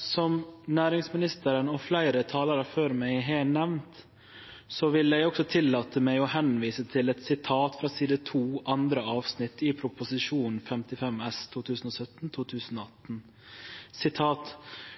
Som næringsministeren og fleire talarar før meg vil eg også tillate meg å vise til eit sitat frå side 2, andre avsnitt, i Prop. 55 S